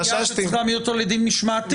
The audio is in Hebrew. יש קביעה שצריך להעמיד אותו לדין משמעתי.